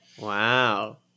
Wow